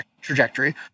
trajectory